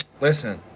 Listen